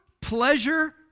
pleasure